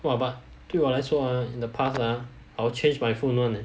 !wah! but 对我来说 ah in the past ah I'll change my phone [one] eh